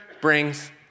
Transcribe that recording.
brings